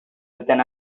within